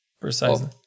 Precisely